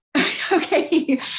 Okay